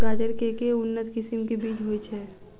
गाजर केँ के उन्नत किसिम केँ बीज होइ छैय?